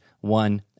one